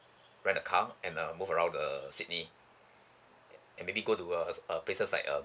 rent a car and uh move around the sydney and maybe go to uh uh places like uh